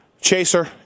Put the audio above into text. chaser